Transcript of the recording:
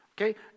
Okay